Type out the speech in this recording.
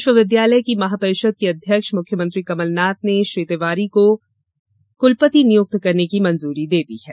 विश्वविद्यालय की महापरिषद के अध्यक्ष मुख्यमंत्री कमलनाथ ने श्री तिवारी को कुलपति नियुक्त करने की मंजूरी दे दी है